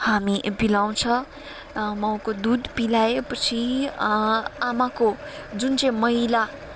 हामी पिलाउँछ माउको दुध पिलाएपछि आमाको जुन चाहिँ मैला